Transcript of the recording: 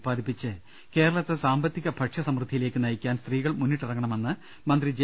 ഉത്പാദിപ്പിച്ച് കേരളത്തെ സാമ്പത്തിക ഭക്ഷ്യ സമൃദ്ധിയിലേക്ക് നയിക്കാൻ സ്ത്രീകൾ മുന്നിട്ടിറ ങ്ങണമെന്ന് മന്ത്രി ജെ